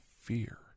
fear